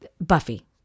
Buffy